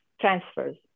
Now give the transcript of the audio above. transfers